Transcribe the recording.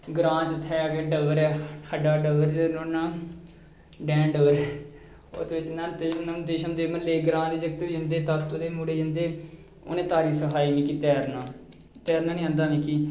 ग्रांऽ च उत्थै इक डबर ऐ खड्ढा डबर च रौह्ना डैन डबर ओह्दे बेच्च न्हाते न्होंदे शोंदे म्हल्ले ग्रांऽ दे जागत बी जंदे तातो दे मुड़े जंदे उनें तारी सखाई मिगी तैरना तैरना नी आंदा हा मिगी